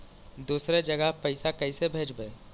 दुसरे जगह पैसा कैसे भेजबै?